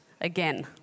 again